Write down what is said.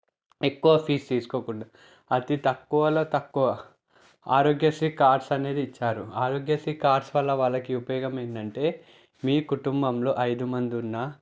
ఎక్కువ ఫీజు తీసుకోకుండా అతి తక్కువలో తక్కువ ఆరోగ్యశ్రీ కార్డ్స్ అనేది ఇచ్చారు ఆరోగ్యశ్రీ కార్డ్స్ వల్ల వాళ్ళకి ఉపయోగం ఏంటంటే మీ కుటుంబంలో ఐదు మంది ఉన్నా